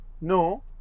No